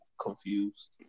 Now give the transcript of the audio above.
confused